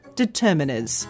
determiners